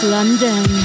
London